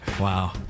Wow